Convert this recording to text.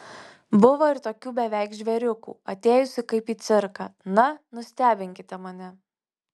buvo ir tokių beveik žvėriukų atėjusių kaip į cirką na nustebinkite mane